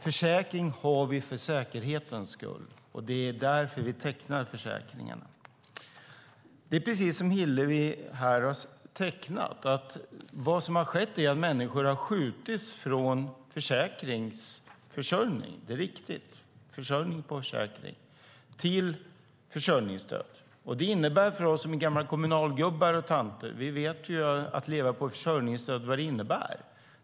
Försäkringar har vi för säkerhetens skull. Det är därför vi tecknar försäkringar. Det som har skett är att människor har fått gå från försäkringsförsörjning till försörjningsstöd, precis som Hillevi har sagt. Vi som är gamla kommunalgubbar och tanter vet vad det innebär att leva på försörjningsstöd.